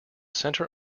centre